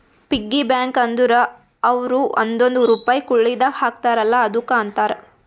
piggy bank ಅಂದುರ್ ಅವ್ರು ಒಂದೊಂದ್ ರುಪೈ ಕುಳ್ಳಿದಾಗ ಹಾಕ್ತಾರ ಅಲ್ಲಾ ಅದುಕ್ಕ ಅಂತಾರ